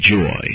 joy